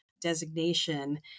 designation